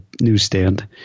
newsstand